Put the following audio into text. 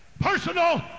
Personal